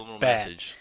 bad